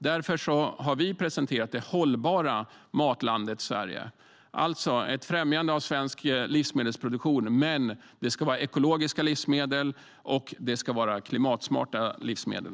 Därför har vi presenterat Det hållbara matlandet Sverige. Det är alltså ett främjande av svensk livsmedelsproduktion, men det ska vara ekologiska livsmedel och klimatsmarta livsmedel.